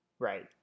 Right